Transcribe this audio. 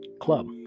club